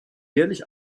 jährlich